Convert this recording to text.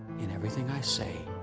in everything i say,